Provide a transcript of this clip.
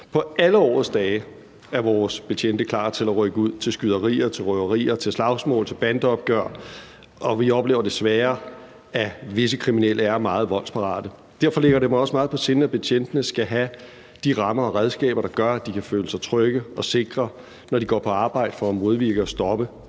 På alle årets dage er vores betjente klar til at rykke ud til skyderier, til røverier, til slagsmål, til bandeopgør – og vi oplever desværre, at visse kriminelle er meget voldsparate. Derfor ligger det mig også meget på sinde, at betjentene skal have de rammer og redskaber, der gør, at de kan føle sig trygge og sikre, når de går på arbejde for at modvirke og stoppe